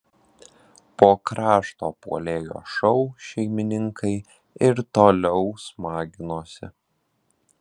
po krašto puolėjo šou šeimininkai ir toliau smaginosi